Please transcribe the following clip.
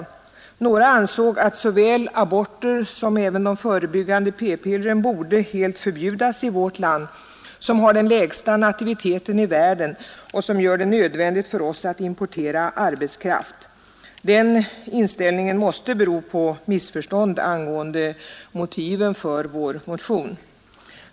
Några ansåg att såväl aborter som även de förebyggande p-pillren borde helt förbjudas i vårt land, som har den lägsta nativiteten i världen, vilket gör det nödvändigt för oss att importera arbetskraft. Den inställningen måste bero på missförstånd av motiven för vår motion.